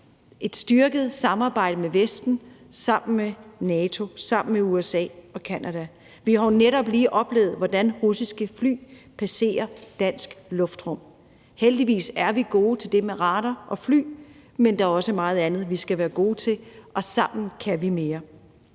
et styrket samarbejde med Vesten sammen med NATO og sammen med USA og Canada. Vi har jo netop lige oplevet, hvordan russiske fly passerer dansk luftrum. Heldigvis er vi gode til det med radar og fly, men der er også meget andet, vi skal være gode til, og sammen kan vi mere.